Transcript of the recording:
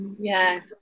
Yes